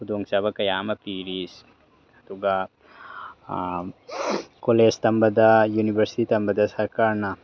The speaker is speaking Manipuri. ꯈꯨꯗꯣꯡꯆꯥꯕ ꯀꯌꯥ ꯑꯃ ꯄꯤꯔꯤ ꯑꯗꯨꯒ ꯀꯣꯂꯦꯖ ꯊꯝꯕꯗ ꯌꯨꯅꯤꯚꯔꯁꯤꯇꯤ ꯇꯝꯕꯗ ꯁꯔꯀꯥꯔꯅ